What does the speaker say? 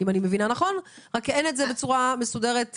רק שאין את זה בצורה מסודרת בחוק.